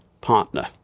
partner